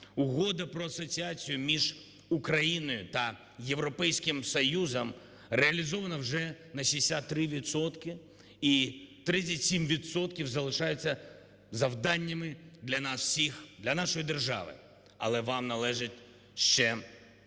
Угода про асоціацію між Україною та Європейським Союзом реалізована вже на 63 відсотки, і 37 відсотків залишається завданнями для нас всіх, для нашої держави. Але вам належить ще